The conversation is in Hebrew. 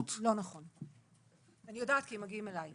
לא נכון, לא נכון, אני יודעת כי מגיעים אליי.